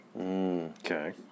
Okay